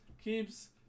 keeps